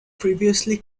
previously